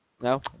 No